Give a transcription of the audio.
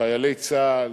חיילי צה"ל,